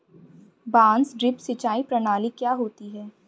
बांस ड्रिप सिंचाई प्रणाली क्या होती है?